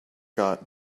got